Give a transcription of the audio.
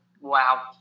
wow